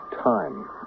time